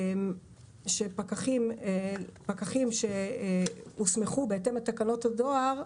שפקחים שהוסמכו בהתאם לתקנות הדואר,